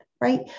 right